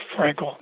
Frankel